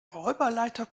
räuberleiter